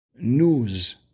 news